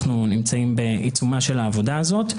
אנחנו נמצאים בעיצומה של העבודה הזאת.